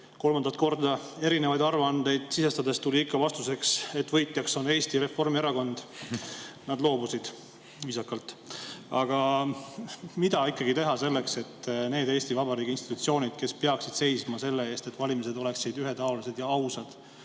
kolmandat korda erinevaid arvandmeid sisestades tuli ikka vastuseks, et võitjaks on Eesti Reformierakond, loobusid viisakalt. Aga mida ikkagi teha selleks, et need Eesti Vabariigi institutsioonid, kes peaksid seisma selle eest, et valimised oleksid ühetaolised ja ausad,